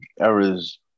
Errors